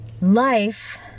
life